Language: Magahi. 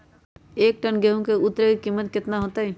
एक टन गेंहू के उतरे के कीमत कितना होतई?